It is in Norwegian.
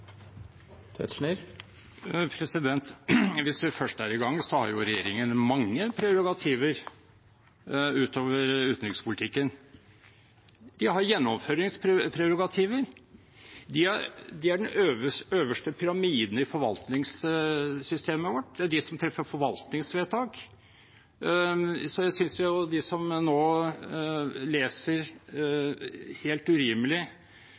i gang, har jo regjeringen mange prerogativer utover utenrikspolitikken. De har gjennomføringsprerogativer. De er den øverste pyramiden i forvaltningssystemet vårt. Det er de som treffer forvaltningsvedtak. Jeg synes at de som nå, helt urimelig,